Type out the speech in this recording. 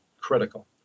critical